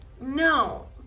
No